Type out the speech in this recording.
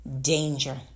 danger